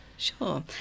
Sure